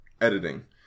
editing